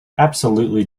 absolutely